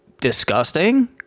disgusting